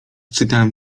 czytałem